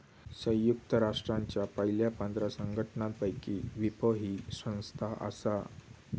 संयुक्त राष्ट्रांच्या पयल्या पंधरा संघटनांपैकी विपो ही संस्था आसा